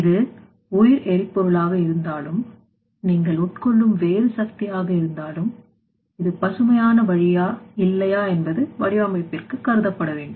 இது உயிர்எரி பொருளாக இருந்தாலும் நீங்கள் உட்கொள்ளும் வேறு சக்தியாக இருந்தாலும் இது பசுமையான வழியா இல்லையா என்பது வடிவமைப்பிற்கு கருதப்படவேண்டும்